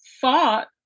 thought